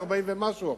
ל-40 ומשהו אחוזים,